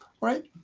right